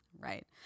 Right